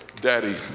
daddy